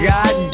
God